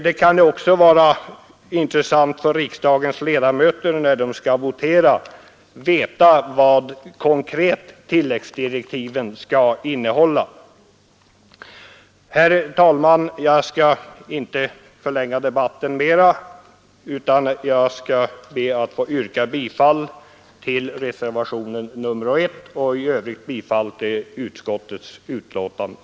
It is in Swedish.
Det kan ju också vara intressant för riksdagens ledamöter, när de skall votera, att veta litet mera konkret vad tilläggsdirektiven skall innehålla. Fru talman! Jag skall inte förlänga debatten mera, utan jag skall be att få yrka bifall till reservationen 1 och i övrigt bifall till utskottets hemställan.